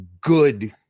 good